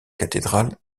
cathédrale